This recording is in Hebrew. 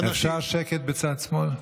אפשר שקט בצד שמאל?